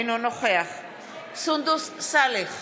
אינו נוכח סונדוס סאלח,